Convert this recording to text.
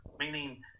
meaning